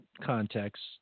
context